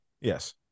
Yes